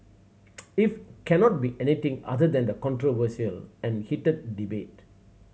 if cannot be anything other than the controversial and heated debate